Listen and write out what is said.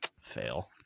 fail